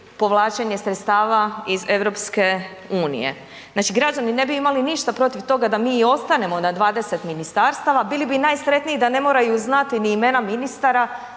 povlačenje sredstava iz EU. Znači građani ne bi imali ništa protiv toga da mi i ostanemo na 20 ministarstava, bili bi najsretniji da ne moraju znati ni imena ministara,